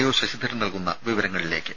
O Sasidharan നൽകുന്ന വിവരങ്ങളിലേക്ക്